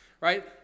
right